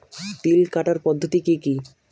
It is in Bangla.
তিল কাটার পদ্ধতি কি কি?